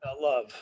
love